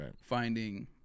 finding